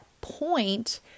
point